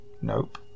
Nope